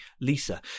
Lisa